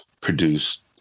produced